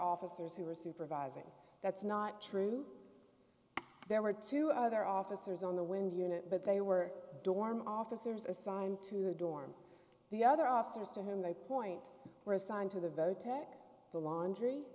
officers who were supervising that's not true there were two other officers on the wind unit but they were dorm officers assigned to the dorm the other officers to whom they point were assigned to the vote the laundry